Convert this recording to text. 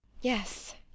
yes